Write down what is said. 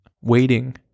waiting